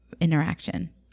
interaction